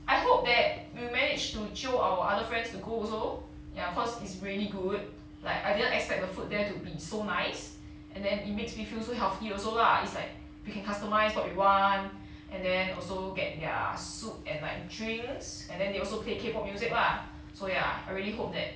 I hope that we managed to jio our other friends to go also ya cause it's really good like I didn't expect the food there to be so nice and then it makes me feel so healthy also lah it's like you can customize what you want and then also get their soup and like drinks and then they also played K pop music lah so ya I really hope that